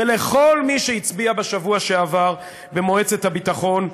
ולכל מי שהצביע בשבוע שעבר במועצת הביטחון,